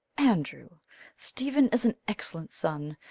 andrew stephen is an excellent son,